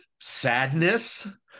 sadness